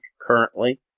currently